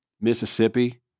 Mississippi